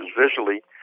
visually